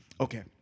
Okay